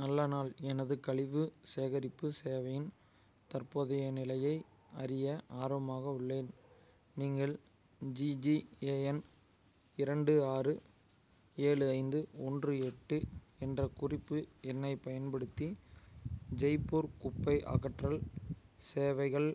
நல்ல நாள் எனது கழிவு சேகரிப்பு சேவையின் தற்போதைய நிலையை அறிய ஆர்வமாக உள்ளேன் நீங்கள் ஜிஜிஏஎன் இரண்டு ஆறு ஏழு ஐந்து ஒன்று எட்டு என்ற குறிப்பு எண்ணைப் பயன்படுத்தி ஜெய்ப்பூர் குப்பை அகற்றல் சேவைகள்